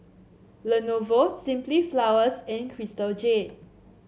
Lenovo Simply Flowers and Crystal Jade